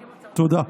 תודה.